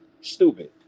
stupid